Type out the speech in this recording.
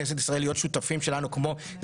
שמכבדים אותנו פה בנוכחותם,